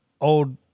old